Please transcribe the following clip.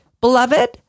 beloved